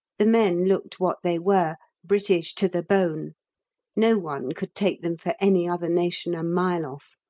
the men looked what they were, british to the bone no one could take them for any other nation a mile off.